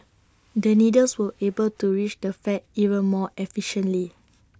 the needles will be able to reach the fat even more efficiently